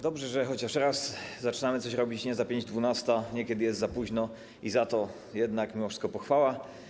Dobrze, że chociaż raz zaczynamy coś robić nie za pięć dwunasta, nie kiedy jest za późno, i za to jednak mimo wszystko pochwała.